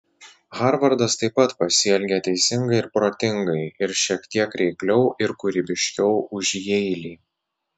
harvardas taip pat pasielgė teisingai ir protingai ir šiek tiek reikliau ir kūrybiškiau už jeilį